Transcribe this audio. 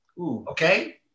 okay